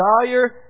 desire